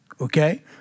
Okay